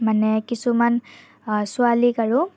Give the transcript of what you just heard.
মানে কিছুমান ছোৱালীক আৰু